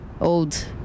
old